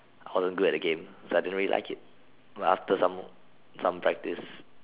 I wasn't good at the game so I didn't really like it but after some some practice